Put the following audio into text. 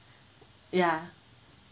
yeah